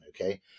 okay